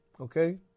okay